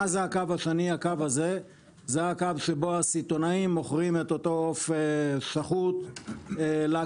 הקו השני הוא הקו שבו הסיטונאים מוכרים את אותו עוף שחוט לקמעונאים.